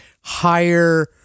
higher